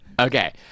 Okay